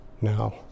now